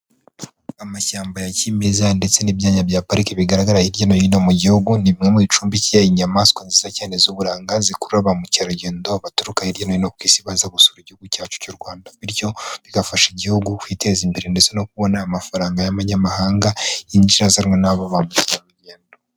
Amashyamba ya kimeza ndetse n'ibyanya bya pariki bigaragara hirya no hino mu gihugu, ni bimwe mu bicumbikiye inyamaswa nziza cyane z'uburanga, zikuru ba mukerarugendo baturuka hirya no hino ku isi, baza gusura igihugu cyacu cy'u Rwanda, bityo bigafasha igihugu kwiteza imbere, ndetse no kubona amafaranga y'abanyamahanga, yinjira azanwa nabo ba mukerarugendo.